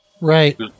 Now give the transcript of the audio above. Right